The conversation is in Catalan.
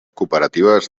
cooperatives